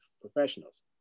professionals